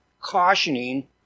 cautioning